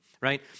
right